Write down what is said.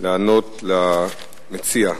לענות למציע.